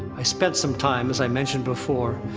i spent some time, as i mentioned before,